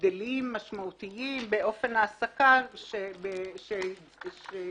הבדלים משמעותיים באופן העסקה שהשליכו